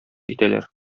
итәләр